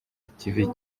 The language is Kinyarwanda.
ikivi